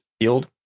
field